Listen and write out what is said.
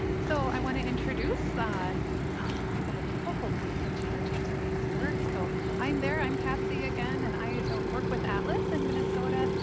so i wanna introduce a a couple of the people who will be in charge of today's work. so i'm there, i'm patsy again and i work with atlas in minnesota.